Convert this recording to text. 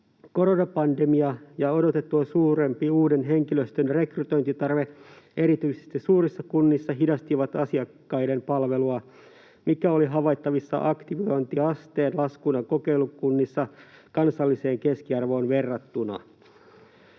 Koronapandemia ja odotettua suurempi uuden henkilöstön rekrytointitarve erityisesti suurissa kunnissa hidastivat asiakkaiden palvelua, mikä oli havaittavissa aktivointiasteen laskuna kokeilukunnissa kansalliseen keskiarvoon verrattuna.